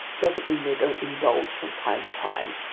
doesn't mean they don't indulge from time to time.